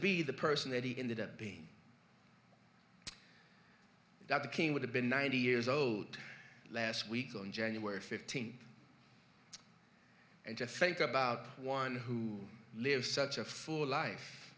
be the person that he ended up being that the king would have been ninety years old last week on january fifteenth and to think about one who lives such a full life